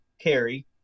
carry